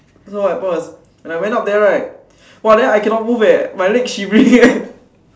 so what happen was when I went up there right !wah! then I cannot move eh my leg shivering eh